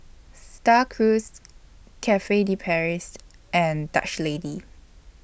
STAR Cruise Cafe De Paris and Dutch Lady